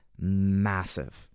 massive